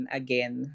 again